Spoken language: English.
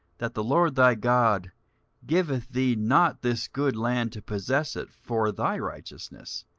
that the lord thy god giveth thee not this good land to possess it for thy righteousness